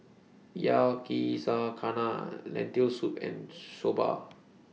Yakizakana Lentil Soup and Soba